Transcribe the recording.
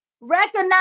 Recognize